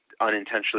unintentionally